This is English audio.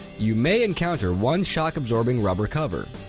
you may encounter one shock absorbing rubber cover,